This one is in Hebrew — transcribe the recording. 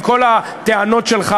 עם כל הטענות שלך,